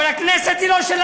אבל הכנסת היא לא שלהם.